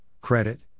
credit